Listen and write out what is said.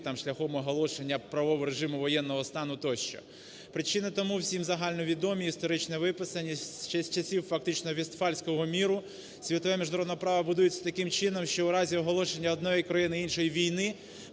шляхом оголошення правового режиму воєнного стану тощо. Причини тому всім загально відомі, історично виписані, ще з часів фактично Вестфальського миру. Світове міжнародне право будується таким чином, що у разі оголошення одної країни іншій війни